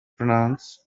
pronounce